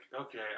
okay